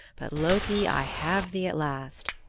but, loki, i have thee at last.